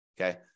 okay